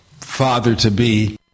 father-to-be